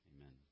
Amen